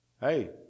Hey